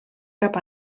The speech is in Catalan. cap